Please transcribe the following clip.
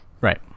Right